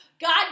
God